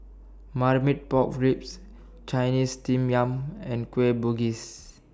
Marmite Pork Ribs Chinese Steamed Yam and Kueh Bugis